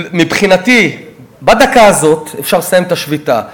מבחינתי, בדקה הזאת אפשר לסיים את השביתה.